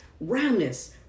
roundness